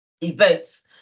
events